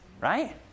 right